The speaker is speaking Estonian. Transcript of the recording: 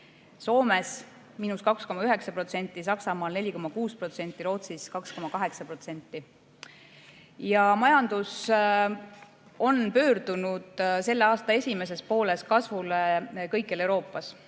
Soomes 2,9%, Saksamaal 4,6% ja Rootsis 2,8%.Majandus on pöördunud selle aasta esimeses pooles kasvule kõikjal Euroopas.